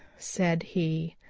said he,